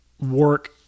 work